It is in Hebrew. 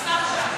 השר שם.